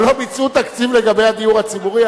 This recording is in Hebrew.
אבל לא ביצעו תקציב לגבי הדיור הציבורי?